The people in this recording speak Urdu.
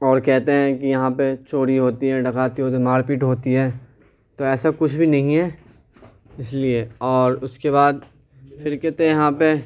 اور کہتے ہیں کہ یہاں پہ چوری ہوتی ہے ڈکیتی ہوتی ہے مار پیٹ ہوتی ہے تو ایسا کچھ بھی نہیں ہے اس لیے اور اس کے بعد پھر کہتے ہیں یہاں پہ